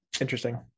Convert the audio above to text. Interesting